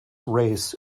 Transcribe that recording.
race